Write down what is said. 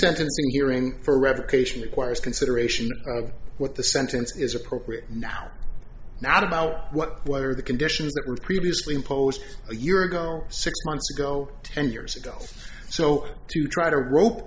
sentencing hearing for revocation requires consideration of what the sentence is appropriate now not about what what are the conditions that were previously imposed a year ago six months ago ten years ago so to try to rope